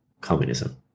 communism